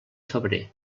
febrer